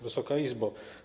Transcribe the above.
Wysoka Izbo!